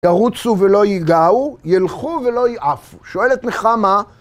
ירוצו ולא ייגעו, ילכו ולא ייעפו, שואלת נחמה,